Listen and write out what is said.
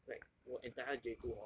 like 我 entire J two hor